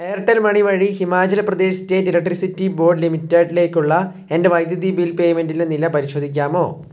Airtel money വഴി Himachal Pradesh state electricity board ലിമിറ്റഡിലേക്കുള്ള എൻ്റെ വൈദ്യുതി ബിൽ പേയ്മെൻ്റിൻ്റെ നില പരിശോധിക്കാമോ